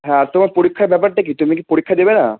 হ্যাঁ আর তোমার পরীক্ষার ব্যাপারটা কী তুমি কি পরীক্ষা দেবে না